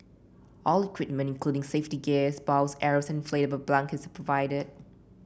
all equipment including safety gear bows arrows and inflatable bunkers are provided